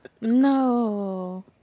no